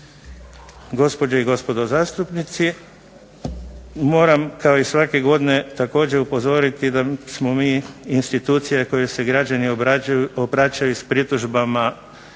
Gospođe i gospodo zastupnici, moram kao i svake godine također upozoriti da smo mi institucija kojoj se građani obraćaju s pritužbama